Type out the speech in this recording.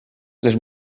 les